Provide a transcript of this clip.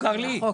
גם לי.